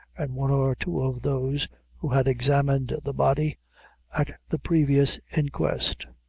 and one or two of those who had examined the body at the previous inquest,